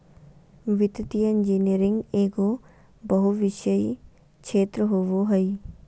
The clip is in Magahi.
वित्तीय इंजीनियरिंग एगो बहुविषयी क्षेत्र होबो हइ